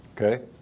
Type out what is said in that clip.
okay